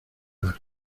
asno